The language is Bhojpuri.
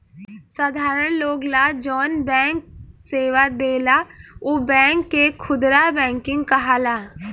साधारण लोग ला जौन बैंक सेवा देला उ बैंक के खुदरा बैंकिंग कहाला